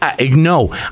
No